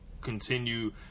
continue